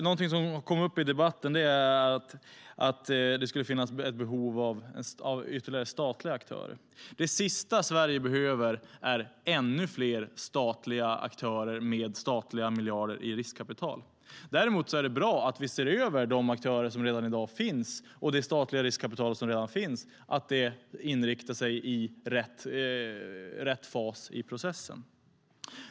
Någonting som togs upp i debatten var att det skulle finnas ett behov av ytterligare statliga aktörer. Det sista Sverige behöver är ännu fler statliga aktörer med statliga miljarder i riskkapital. Däremot är det bra att vi ser över de aktörer som redan i dag finns och det statliga riskkapital som redan finns och att det inriktas i rätt fas i processen.